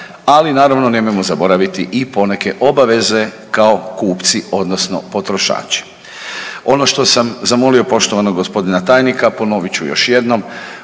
ali naravno nemojmo zaboraviti i poneke obaveze kao kupci, odnosno kao potrošači. Ono što sam zamolio poštovanog gospodina tajnika ponovit ću još jednom.